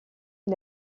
est